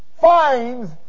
finds